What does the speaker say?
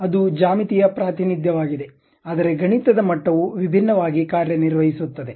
ಅದು ಜ್ಯಾಮಿತೀಯ ಪ್ರಾತಿನಿಧ್ಯವಾಗಿದೆ ಆದರೆ ಗಣಿತದ ಮಟ್ಟವು ವಿಭಿನ್ನವಾಗಿ ಕಾರ್ಯನಿರ್ವಹಿಸುತ್ತದೆ